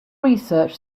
research